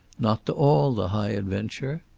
not to all the high adventure.